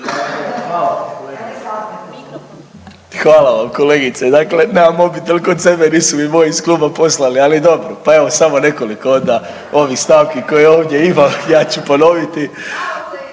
Hvala vam kolegice, dakle nemam moji mobiteli kod sebe, nisu mi moji iz kluba poslali ali dobro, pa evo, samo nekoliko onda ovih stavki koje ovdje imam ja ću ponoviti.